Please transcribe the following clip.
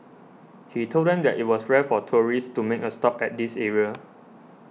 he told them that it was rare for tourists to make a stop at this area